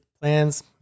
plans